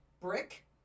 brick